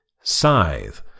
Scythe